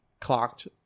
clocked